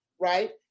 right